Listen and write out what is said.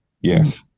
yes